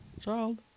Child